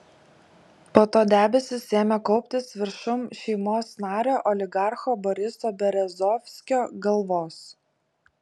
po to debesys ėmė kauptis viršum šeimos nario oligarcho boriso berezovskio galvos